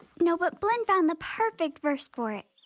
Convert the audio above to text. no, but blynn found the perfect verse for it.